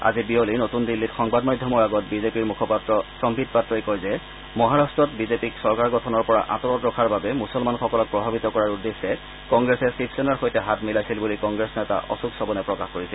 আজি বিয়লি নতুন দিল্লীত সংবাদ মাধ্যমৰ আগত বিজেপিৰ মুখপাত্ৰ সন্নিত পাত্ৰই কয় যে মহাৰট্টত বিজেপিক চৰকাৰ গঠনৰ পৰা আঁতৰত ৰখাৰ বাবে মূছলমানসকলক প্ৰভাৱিত কৰাৰ উদ্দেশ্যে কংগ্ৰেছে শিৱ সেনাৰ সৈতে হাত মিলাইছিল বুলি কংগ্ৰেছ নেতা অশোক চৱনে প্ৰকাশ কৰিছিল